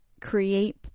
create